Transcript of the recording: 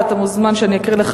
ואתה מוזמן שאני אקריא לך.